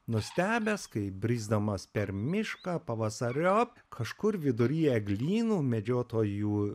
nustebęs kai brisdamas per mišką pavasariop kažkur vidury eglynų medžiotojų